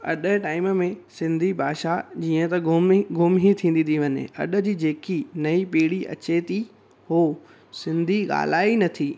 अॼु टाइम में सिंधी भाषा जीअं त गुम ई गुम ई थींदी वञे अॼु जी जेकी नई पीढ़ी अचे थी हुओ सिंधी ॻाल्हाए ई नथी